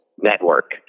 network